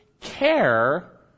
care